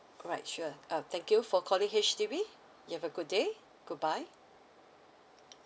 alright sure uh thank you for calling H_D_B you have a good day goodbye